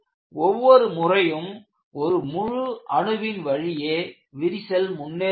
ஒவ்வொரு முறையும் ஒரு முழு அணுவின் வழியே விரிசல் முன்னேறுகிறது